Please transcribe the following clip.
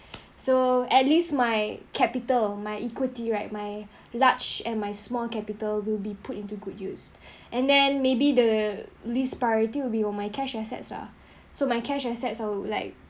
so at least my capital my equity right my large and my small capital will be put into good use and then maybe the least priority will be on my cash asset lah so my cash assets will like